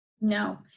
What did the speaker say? No